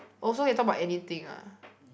oh so you talk about anything ah